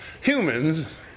humans